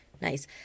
Nice